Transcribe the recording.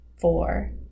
four